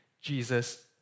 Jesus